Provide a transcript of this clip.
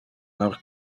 lor